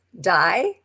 die